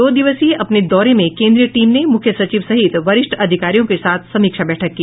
दो दिवसीय अपने दौरे में केन्द्रीय टीम ने मुख्य सचिव सहित वरिष्ठ अधिकारियों के साथ समीक्षा बैठक की